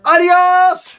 Adios